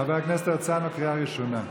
חבר הכנסת הרצנו, קריאה ראשונה.